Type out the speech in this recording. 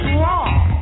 wrong